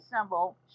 symbol